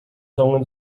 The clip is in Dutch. zongen